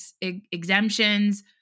exemptions